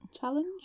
Challenge